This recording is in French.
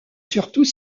surtout